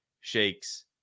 shakes